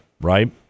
right